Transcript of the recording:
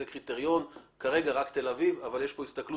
זה קריטריון שכרגע רק תל אביב עונה לו אבל יש כאן הסתכלות